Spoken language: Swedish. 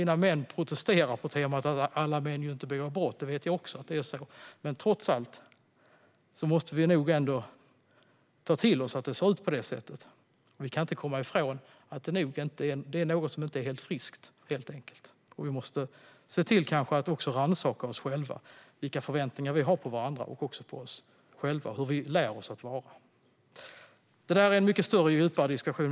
Innan män protesterar på temat att alla män inte begår brott - jag vet också att det är så - måste vi nog trots allt ändå ta till oss att det ser ut på det sättet. Vi kan inte komma ifrån att det är någonting som inte är helt friskt, helt enkelt. Vi måste kanske också se till att rannsaka oss själva - vilka förväntningar vi har på varandra och också på oss själva och hur vi lär oss att vara. Detta är en mycket större och djupare diskussion.